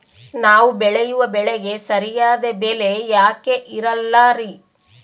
ನಾವು ಬೆಳೆಯುವ ಬೆಳೆಗೆ ಸರಿಯಾದ ಬೆಲೆ ಯಾಕೆ ಇರಲ್ಲಾರಿ?